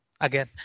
again